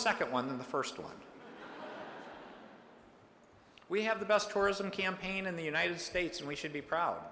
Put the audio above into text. second one the first one we have the best tourism campaign in the united states and we should be proud